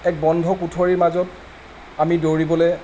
এক বন্ধ কোঠালিৰ মাজত আমি দৌৰিবলৈ